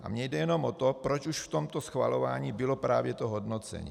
A mně jde jenom o to, proč už v tomto schvalování bylo právě to hodnocení.